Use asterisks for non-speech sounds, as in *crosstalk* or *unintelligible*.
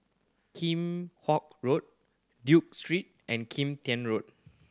*unintelligible* Hock Road Duke Street and Kim Tian Road